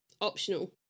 optional